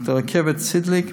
דוקטור רקפת סידליק,